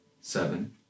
seven